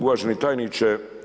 Uvaženi tajniče.